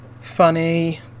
funny